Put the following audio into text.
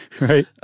right